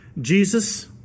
Jesus